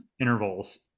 intervals